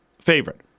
favorite